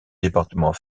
département